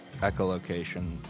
echolocation